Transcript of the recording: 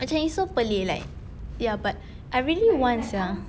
macam it's so pelik like ya but I really want sia